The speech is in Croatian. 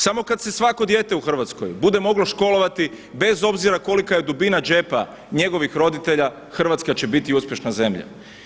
Samo kada se svako dijete u Hrvatskoj bude moglo školovati bez obzira kolika je dubina džepa njegovih roditelja Hrvatska će biti uspješna zemlja.